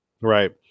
Right